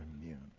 immune